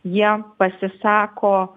jie pasisako